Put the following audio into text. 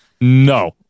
No